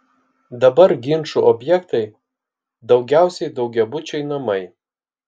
dabar ginčų objektai daugiausiai daugiabučiai namai